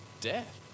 death